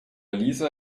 lisa